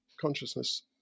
consciousness